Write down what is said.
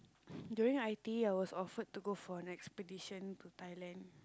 during i_t_e I was offered to go for an expedition to Thailand